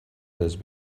this